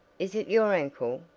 is it your ankle?